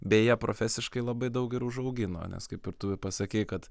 beje profesiškai labai daug ir užaugino nes kaip ir tu pasakei kad